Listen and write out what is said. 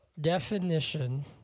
Definition